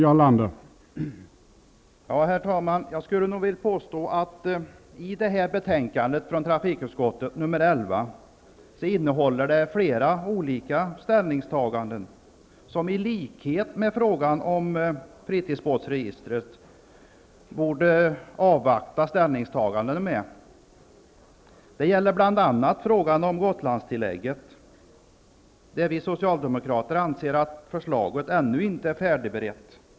Trafikutskottets betänkande nr 11 behandlar flera olika frågor i vilka man i likhet med frågan om fritidsbåtsregistret borde avvakta med ett ställningstagande. Det gäller bl.a. frågan om Gotlandstillägget, som vi socialdemokrater anser ännu inte är färdigberedd.